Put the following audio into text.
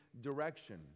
direction